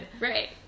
Right